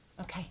Okay